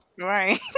Right